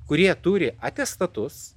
kurie turi atestatus